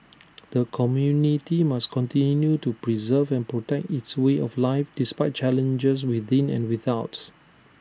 the community must continue to preserve and protect its way of life despite challenges within and without